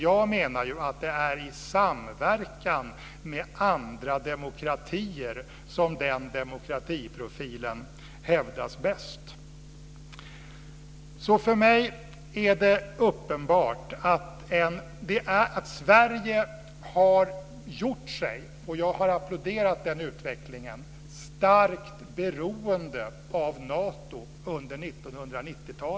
Jag menar att det är i samverkan med andra demokratier som den demokratiprofilen hävdas bäst. För mig är det uppenbart att Sverige har gjort sig starkt beroende av Nato under 1990-talet, och jag har applåderat den utvecklingen.